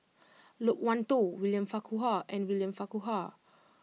Loke Wan Tho William Farquhar and William Farquhar